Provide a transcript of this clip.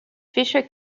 fisher